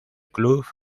club